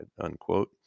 unquote